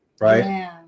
right